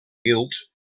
guilt